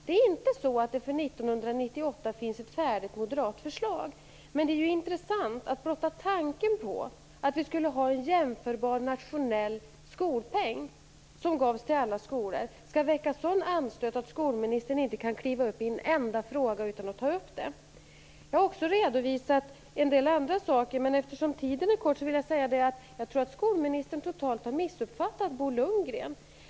Det är inte så att det för 1998 finns ett färdigt moderat förslag. Men det är intressant att blotta tanken på att vi skulle ha en jämförbar nationell skolpeng, som gavs till alla skolor, väcker sådan anstöt att skolministern inte kan gå upp i en enda fråga utan att ta upp den. Jag har också redovisat en del andra saker. Men eftersom tiden är kort vill jag bara säga att jag tror att skolministern totalt har missuppfattat Bo Lundgren.